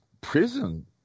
prison